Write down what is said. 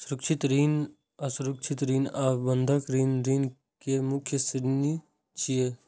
सुरक्षित ऋण, असुरक्षित ऋण आ बंधक ऋण ऋण केर मुख्य श्रेणी छियै